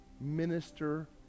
minister